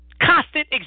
Constant